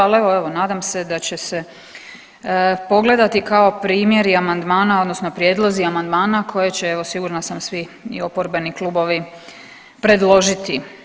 Ali evo, evo nadam se da će se pogledati kao primjer i amandmana odnosno prijedlozi amandmana koje će evo sigurna sam svi i oporbeni klubovi predložiti.